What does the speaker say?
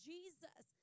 Jesus